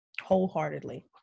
wholeheartedly